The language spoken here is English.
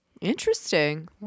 Interesting